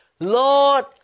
Lord